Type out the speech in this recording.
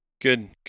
good